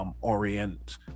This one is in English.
Orient